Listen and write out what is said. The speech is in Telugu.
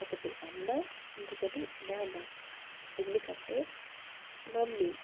ఒకటి అమ్మ ఇంకొకటి నాన్న ఎందుకంటే మమ్మీ